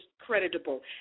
creditable